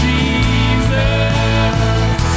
Jesus